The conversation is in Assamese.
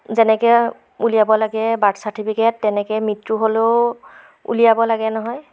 যেনেকৈ উলিয়াব লাগে বাৰ্থ চাৰ্টিফিকেট তেনেকৈ মৃত্যু হ'লেও উলিয়াব লাগে নহয়